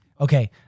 okay